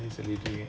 வீட்டுல:veetula